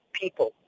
people